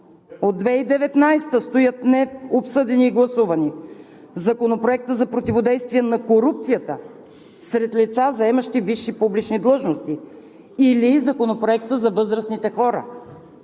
От 2019 г. стоят необсъдени и гласувани Законопроектът за противодействие на корупцията сред лица, заемащи висши публични длъжности и Законопроектът за възрастните хора.